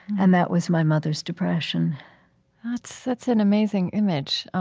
and that was my mother's depression that's that's an amazing image.